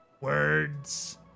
Words